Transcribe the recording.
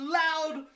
loud